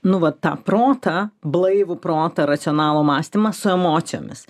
nu va tą protą blaivų protą racionalų mąstymą su emocijomis